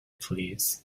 please